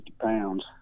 pounds